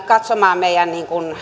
katsomaan meidän